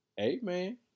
amen